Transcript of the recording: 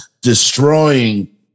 destroying